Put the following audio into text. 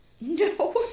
No